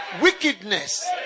wickedness